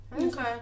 Okay